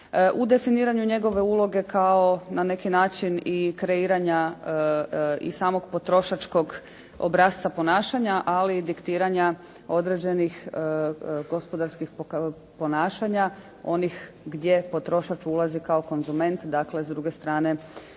definiranju njegove uloge kao na neki način i kreiranja i samog potrošačkog obrasca ponašanja ali i diktiranja određenih gospodarskih ponašanja onih gdje potrošač ulazi kao konzument. Dakle, s druge strane